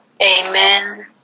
Amen